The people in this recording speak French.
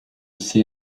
sais